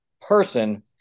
person